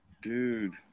dude